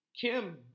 Kim